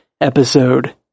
episode